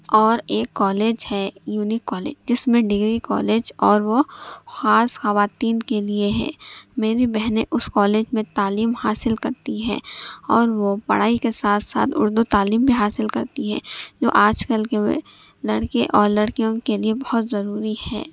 اور ایک کالج ہے یونک کالج جس میں ڈگری کالج اور وہ خاص خواتین کے لیے ہے میری بہنیں اس کالج میں تعلیم حاصل کرتی ہیں اور وہ پڑھائی کے ساتھ ساتھ اردو تعلیم بھی حاصل کرتی ہیں جو آج کل کے وہ لڑکے اور لڑکیوں کے لیے بہت ضروری ہے